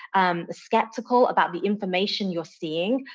i'm skeptical about the information you're seeing.